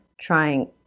trying